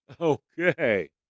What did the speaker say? Okay